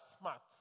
smart